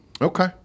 okay